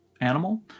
animal